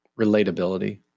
relatability